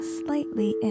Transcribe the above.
slightly